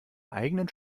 eigenen